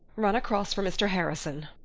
run across for mr. harrison,